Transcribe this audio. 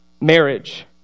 marriage